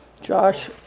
Josh